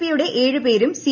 പിയുടെ ഏഴ് പേരും സി